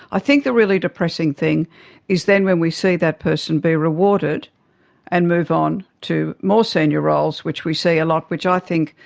i think the really depressing thing is then when we see that person be rewarded and move on to more senior roles, which we see a lot, which i think,